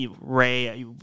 ray